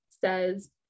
says